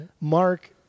Mark